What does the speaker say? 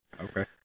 okay